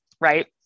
right